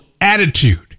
attitude